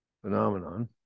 phenomenon